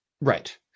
right